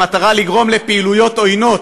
במטרה לגרום לפעילויות עוינות,